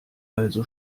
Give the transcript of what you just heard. also